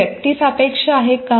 हे व्यक्तिसापेक्ष आहे का